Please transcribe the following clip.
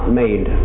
made